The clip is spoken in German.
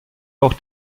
auch